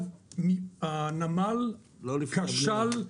הנמל כשל,